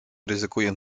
ryzykuję